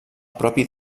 propi